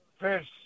fish